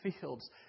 fields